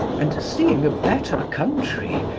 and, seeing a better country,